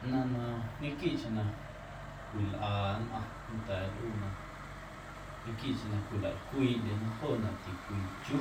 Ꞌnaⁿ na ñequiiꞌcheⁿ cwilꞌa nnꞌaⁿ nnda̱a̱ nlꞌuu na ñequiiꞌcheⁿ na cwilalcwiiꞌndyena joonaꞌ ticwii chu